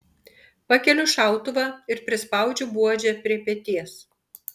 pakeliu šautuvą ir prispaudžiu buožę prie peties